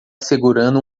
segurando